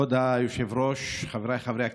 כבוד היושב-ראש, חבריי חברי הכנסת,